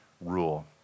rule